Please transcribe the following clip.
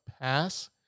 pass